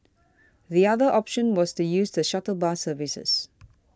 the other option was to use the shuttle bus services